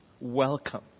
welcome